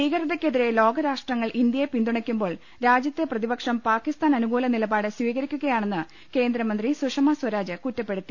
ഭീകരതക്കെതിരെ ലോകരാഷ്ട്രങ്ങൾ ഇന്ത്യയെ പിന്തുണ യ്ക്കുമ്പോൾ രാജ്യത്തെ പ്രതിപക്ഷം പാക്കിസ്ഥാൻ അനുകൂല നിലപാട് സ്വീകരിക്കുകയാണെന്ന് കേന്ദ്രമന്ത്രി സുഷമാ സ്വരാജ് കുറ്റപ്പെടുത്തി